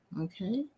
okay